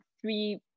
three